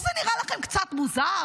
זה לא נראה לכם קצת מוזר?